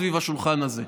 סביב השולחן הזה.